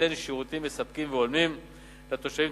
ליתן שירותים מספקים והולמים לתושבים,